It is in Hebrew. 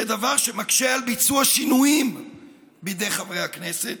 זה דבר שמקשה על ביצוע שינויים בידי חברי הכנסת,